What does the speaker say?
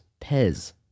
Pez